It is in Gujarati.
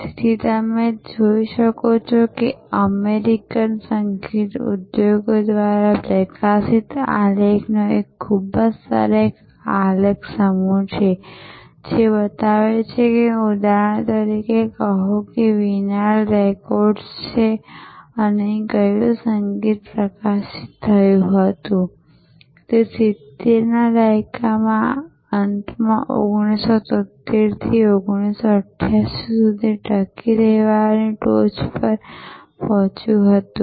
તેથી તમે જોઈ શકો છો કે આ અમેરિકન સંગીત ઉદ્યોગ દ્વારા પ્રકાશિત આલેખનો એક ખૂબ જ સરસ આલેખ સમૂહ છે જે બતાવે છે કે ઉદાહરણ તરીકે કહો કે તે વિનાઇલ રેકોર્ડ્સ છે અને કયું સંગીત પ્રકાશિત થયું હતું અને તે 70 ના દાયકાના અંતમાં 1973 થી 1988 સુધી ટકી રહેવાની ટોચ પર પહોંચ્યું હતું